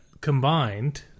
combined